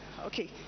Okay